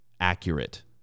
accurate